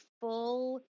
full